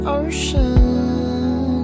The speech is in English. ocean